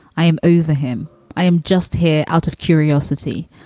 i am over him. i am just here out of curiosity.